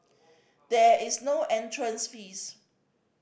there is no entrance fees